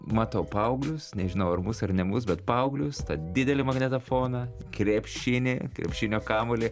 matau paauglius nežinau ar bus ar nebus bet paauglius tą didelį magnetofoną krepšinį krepšinio kamuolį